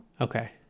Okay